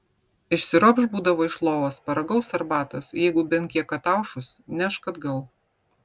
išsiropš būdavo iš lovos paragaus arbatos jeigu bent kiek ataušus nešk atgal